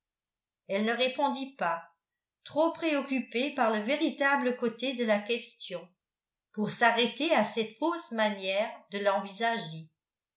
elle ne répondit pas trop préoccupée par le véritable côté de la question pour s'arrêter à cette fausse manière de l'envisager